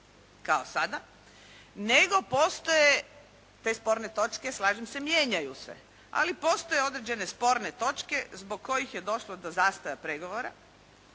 kao sada, nego postoje te sporne točke slažem se mijenjaju se. Ali postoje određene sporne točke zbog kojih je došlo do zastoja pregovora